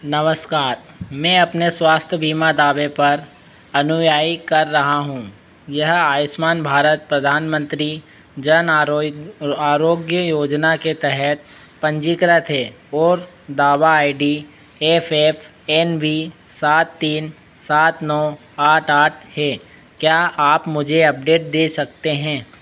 नमस्कार मैं अपने स्वास्थ्य बीमा दावे पर अनुयायी कर रहा हूँ यह आयुष्मान भारत प्रधानमंत्री जन आरोग्य योजना के तहत पंजीकृत है और दावा I D F F N B सात तीन सात नौ आठ आठ है क्या आप मुझे अपडेट दे सकते हैं